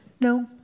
No